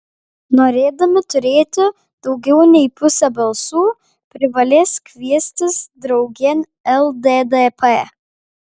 norėdami turėti daugiau nei pusę balsų privalės kviestis draugėn lddp